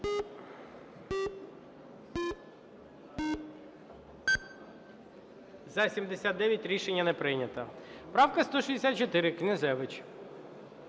За-79 Рішення не прийнято. Правка 164, Князевич.